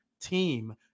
team